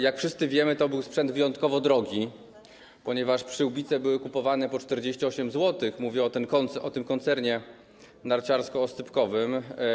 Jak wszyscy wiemy, to był sprzęt wyjątkowo drogi, ponieważ przyłbice były kupowane za 48 zł, mówię o tym koncernie narciarsko-oscypkowym.